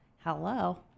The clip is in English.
hello